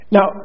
Now